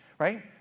right